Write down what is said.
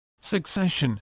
succession